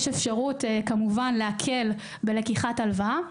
יש אפשרות להקל בלקיחת הלוואה.